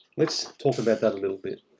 let's talk about that a little bit.